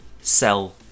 sell